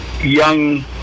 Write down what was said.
young